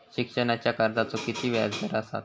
शिक्षणाच्या कर्जाचा किती व्याजदर असात?